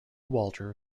walter